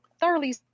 thoroughly